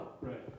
Right